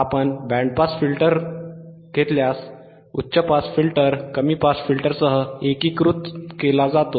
आपण band pass filter घेतल्यास उच्च पास फिल्टर कमी पास फिल्टरसह एकीकृत केला जातो